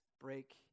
break